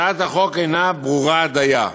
הצעת החוק אינה ברורה דייה,